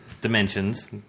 dimensions